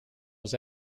was